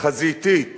חזיתית